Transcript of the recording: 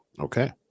Okay